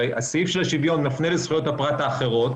הרי סעיף השוויון מפנה לזכויות הפרט האחרות,